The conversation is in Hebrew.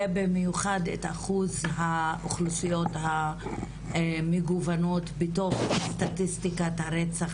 ובמיוחד את אחוז האוכלוסיות המגוונות בתוך סטטיסטיקת הרצח